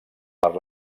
per